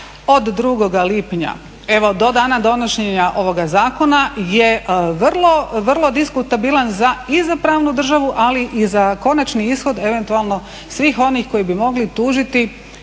od 2. lipnja evo do dana donošenja ovoga zakona je vrlo diskutabilan i za pravnu državu, ali i za konačni ishod eventualno svih onih koji bi mogli tužiti